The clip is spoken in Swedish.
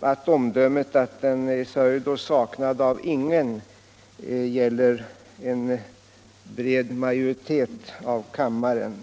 att omdömet att den är sörjd och saknad av ingen gäller en bred majoritet av kammaren.